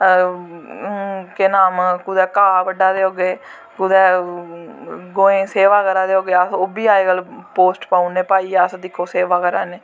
केह् नाम कुदै घा ब'ड्डा दे होगै कुदै गवें दी सेवा करा दे होगे ओह्बी अजकल पोस्ट पाई ओड़ने भाई अस दिक्खो सेवा करा ने